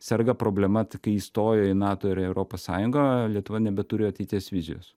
serga problema tai kai įstojo į nato ir į europos sąjungą lietuva nebeturi ateities vizijos